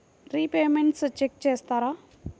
Repayments check చేస్తారా?